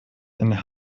and